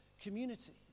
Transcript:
community